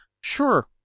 Sure